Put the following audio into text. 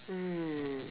mm